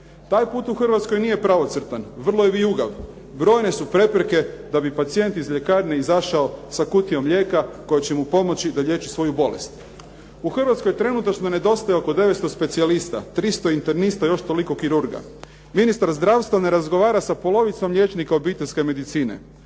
Taj put u Hrvatskoj nije pravocrtan, vrlo je vijugav. Brojne su prepreke da bi pacijent iz ljekarne izašao sa kutijom lijeka koja će mu pomoći da liječi svoju bolest. U Hrvatskoj trenutačno nedostaje oko 900 specijalista, 300 internista i još toliko kirurga. Ministar zdravstva ne razgovara sa polovicom liječnika obiteljske medicine.